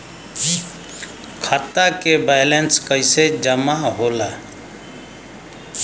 खाता के वैंलेस कइसे जमा होला?